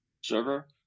server